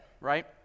Right